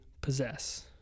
possess